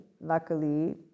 Luckily